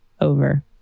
over